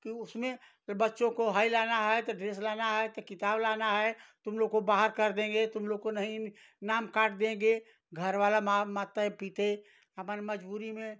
कि उसमें कि बच्चों को हाई लाना है त ड्रेस लाना है त किताब लाना है तुम लोग को बाहर कर देंगे तुम लोग को नहीं नाम काट देंगे घर वाला मा माता पीते अपन मजबूरी में